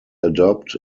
adopt